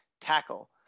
tackle